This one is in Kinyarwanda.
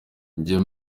njya